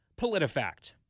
PolitiFact